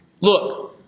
look